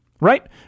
Right